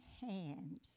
hand